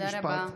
תודה רבה.